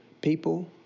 people